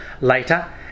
Later